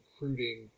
recruiting